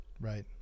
Right